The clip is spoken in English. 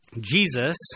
Jesus